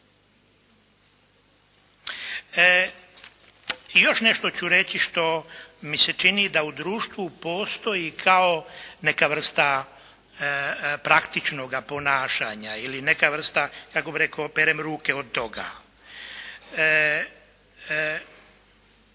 još nešto ću reći što mi se čini da u društvu postoji kao neka vrsta praktičnoga ponašanja ili neka vrsta kako bih rekao, perem ruke od toga.